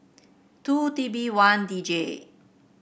two T B one D J